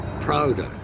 prouder